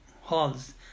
halls